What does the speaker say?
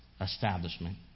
establishment